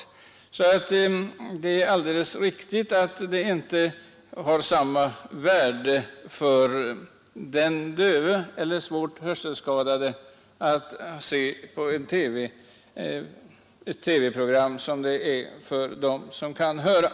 Det är därför alldeles riktigt att det inte har samma värde för den döve eller svårt hörselskadade att ta del av ett TV-program som det har för oss som kan höra.